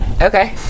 Okay